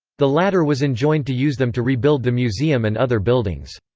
the latter was enjoined to use them to rebuild the museum and other buildings.